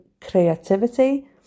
creativity